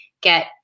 get